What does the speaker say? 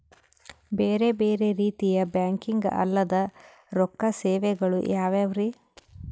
ಬೇರೆ ಬೇರೆ ರೀತಿಯ ಬ್ಯಾಂಕಿಂಗ್ ಅಲ್ಲದ ರೊಕ್ಕ ಸೇವೆಗಳು ಯಾವ್ಯಾವ್ರಿ?